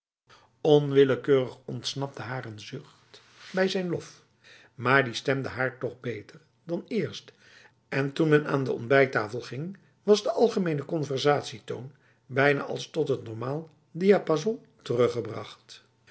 onwillekeurig ontsnapte haar een zucht bij zijn lof maar die stemde haar toch beter dan eerst en toen men aan de ontbijttafel ging was de algemene conversatietoon bijna tot het normaal diapa son teruggebracht